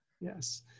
Yes